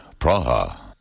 Praha